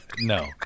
No